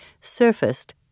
surfaced